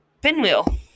Pinwheel